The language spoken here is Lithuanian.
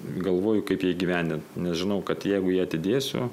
galvoju kaip ją įgyvendint nes žinau kad jeigu ją atidėsiu